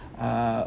uh